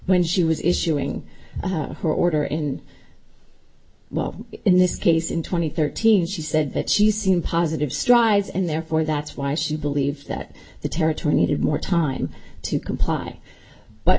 when she was issuing her order and well in this case in two thousand and thirteen she said that she seen positive strides and therefore that's why she believed that the territory needed more time to comply but